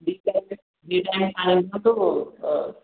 ବିଷ ହେଲେ ଦୁଇ ଟାଇମ୍ ପାଣି ଦିଅନ୍ତୁ